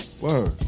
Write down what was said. word